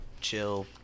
chill